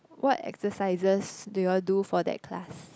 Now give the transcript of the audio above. what exercises do you all do for that class